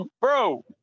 Bro